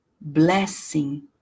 blessing